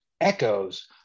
echoes